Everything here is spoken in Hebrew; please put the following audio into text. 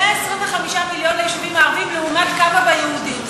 125 מיליון ליישובים הערביים לעומת כמה ביהודיים?